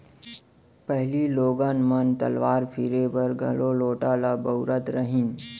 पहिली लोगन मन तलाव फिरे बर घलौ लोटा ल बउरत रहिन